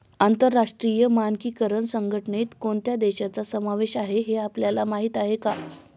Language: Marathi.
आंतरराष्ट्रीय मानकीकरण संघटनेत कोणत्या देशांचा समावेश आहे हे आपल्याला माहीत आहे का?